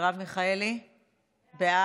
ההצעה להעביר את הצעת חוק הביטוח